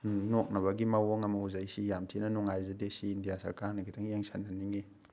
ꯅꯣꯛꯅꯕꯒꯤ ꯃꯑꯣꯡ ꯑꯃ ꯎꯖꯩ ꯁꯤ ꯌꯥꯃ ꯊꯤꯅ ꯅꯨꯡꯉꯥꯏꯖꯗꯦ ꯁꯤ ꯏꯟꯗꯤꯌꯥ ꯁꯔꯀꯥꯔꯅ ꯑꯝꯇꯪ ꯌꯦꯟꯁꯟꯍꯟꯅꯤꯡꯉꯤ